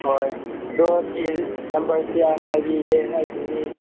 ꯍꯣꯏ ꯑꯗꯣ ꯁꯤ ꯅꯝꯕꯔꯁꯤ ꯑꯩ ꯍꯥꯏꯕꯤꯒꯦ ꯑꯩꯒꯤ ꯃꯤ